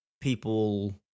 people